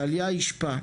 טליה ישפה,